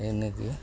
ᱤᱱᱟᱹᱜᱮ